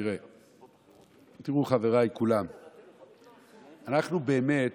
תראה, תראו, חבריי כולם, אנחנו, באמת,